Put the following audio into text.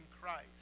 Christ